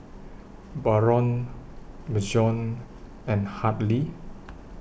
Barron Bjorn and Hadley